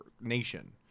nation